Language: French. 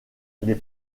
les